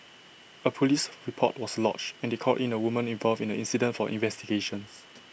A Police report was lodged and they called in A woman involved in the incident for investigations